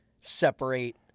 separate